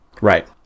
Right